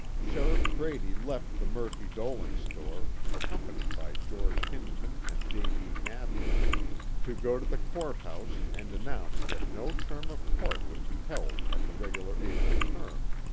sheriff brady left the murphy-dolan store, accompanied by george hindman and j. b. mathews to go to the court house and announce that no term of court would be held at the regular april term.